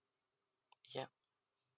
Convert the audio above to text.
yup